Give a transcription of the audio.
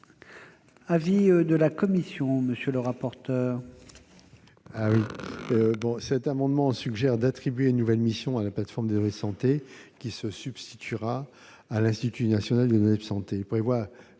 l'avis de la commission ? Cet amendement vise à attribuer une nouvelle mission à la plateforme des données de santé qui se substituera à l'Institut national des données de santé.